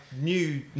new